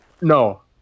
No